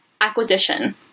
acquisition